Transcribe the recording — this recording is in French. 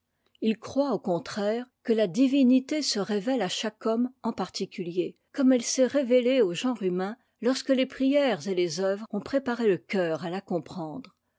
il croit au contraire que la divinité se révèle à chaque homme en particulier comme elle s'est révélée au genre humain lorsque les prières et les oeuvres ont préparé le cœur à la comprendre